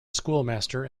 schoolmaster